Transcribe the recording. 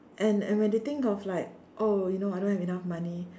and and when they think of like oh you know I don't have enough money